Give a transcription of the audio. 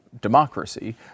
democracy